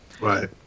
Right